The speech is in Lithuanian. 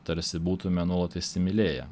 tarsi būtume nuolat įsimylėję